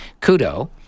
Kudo